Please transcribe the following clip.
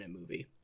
movie